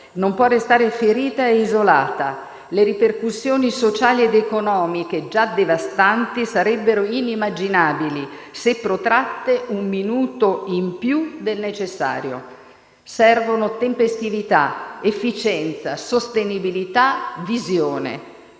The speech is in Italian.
non può restare ferita e isolata. Le ripercussioni sociali ed economiche già devastanti sarebbero inimmaginabili se protratte un minuto in più del necessario. Servono tempestività, efficienza, sostenibilità e visione.